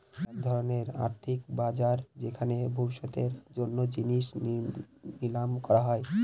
এক ধরনের আর্থিক বাজার যেখানে ভবিষ্যতের জন্য জিনিস নিলাম করা হয়